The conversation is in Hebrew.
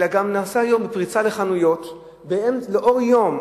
אלא נעשה היום גם בפריצה לחנויות לאור יום.